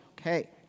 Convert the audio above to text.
okay